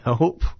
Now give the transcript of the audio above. Nope